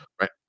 Right